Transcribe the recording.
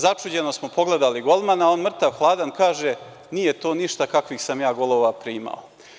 Začuđeno smo pogledali golmana, on mrtav hladan kaže – nije to ništa kakvih sam ja golova primao.